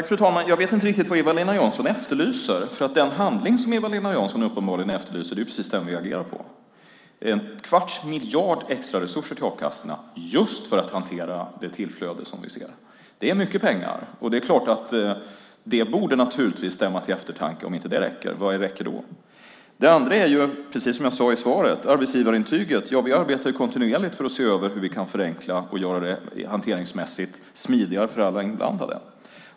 Fru talman! Jag vet inte riktigt vad Eva-Lena Jansson efterlyser, för den handling som Eva-Lena Jansson uppenbarligen efterlyser är precis den vi agerar på. Vi ger en kvarts miljard extra i resurser till a-kassorna, just för att hantera det tillflöde vi ser. Det är mycket pengar, och det är klart att om det inte räcker borde det stämma till eftertanke: Vad räcker då? Det andra är, precis som jag sade i svaret, arbetsgivarintyget. Vi arbetar kontinuerligt för att se över hur vi kan förenkla och göra det hanteringsmässigt smidigare för alla inblandade.